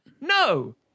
No